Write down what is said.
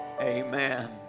Amen